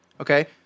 Okay